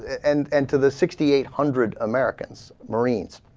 and and to the sixty eight hundred americans marines